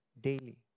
daily